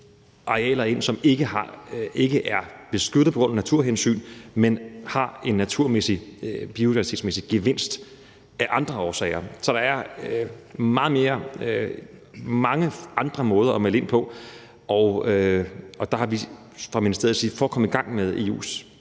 arealer ind, som ikke er beskyttede på grund af naturhensyn, men som har en naturmæssig, en biodiversitetsmæssig gevinst af andre årsager. Så der er mange andre måder at melde det ind på, og der har vi fra ministeriets side for at komme i gang med